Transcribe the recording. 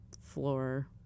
floor